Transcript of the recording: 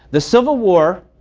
the civil war